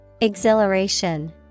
Exhilaration